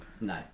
No